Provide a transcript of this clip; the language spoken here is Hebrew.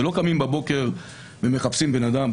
זה לא שקמים בבוקר ומחפשים את הבן אדם.